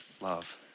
love